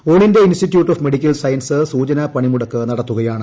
all India institute of medical science സൂചനാ ്പണിമുടക്ക് നടത്തുകയാണ്